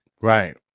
Right